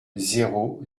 zéro